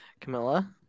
Camilla